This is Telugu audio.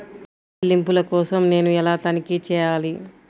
చెల్లింపుల కోసం నేను ఎలా తనిఖీ చేయాలి?